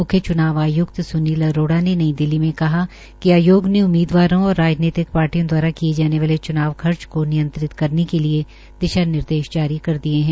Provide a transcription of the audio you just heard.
म्ख्य च्नाव आय्क्त स्नील अरोड़ा ने नई दिल्ली में कहा कि आयोग ने उम्मीदवारों और राजनीतिक पार्टियों द्वारा किए जाने वाले च्नाव खर्च को नियंत्रित करने के लिये दिशा निर्देश जारी कर दिए है